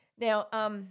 Now